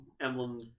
emblem